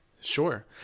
Sure